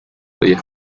diez